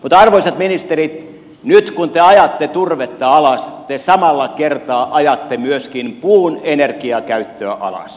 mutta arvoisat ministerit nyt kun te ajatte turvetta alas te samalla kertaa ajatte myöskin puun energiakäyttöä alas